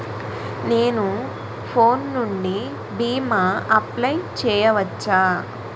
నేను ఫోన్ నుండి భీమా అప్లయ్ చేయవచ్చా?